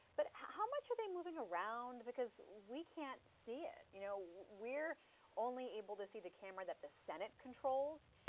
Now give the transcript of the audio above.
but how much are they moving around? we cannot see it. you know we are only able to see the camera that the senate controls.